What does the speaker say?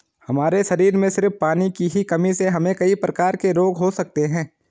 हमारे शरीर में सिर्फ पानी की ही कमी से हमे कई प्रकार के रोग हो सकते है